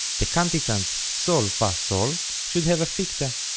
the cantizans sol-fa-sol should have a ficta